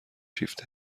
شیفت